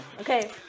okay